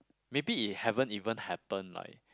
maybe it haven't even happen like